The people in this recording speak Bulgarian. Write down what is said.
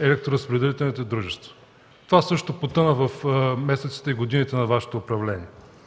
електроразпределителните дружества. Това също потъна в месеците и годините на Вашето управление.